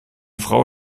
frau